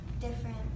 different